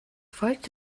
folgte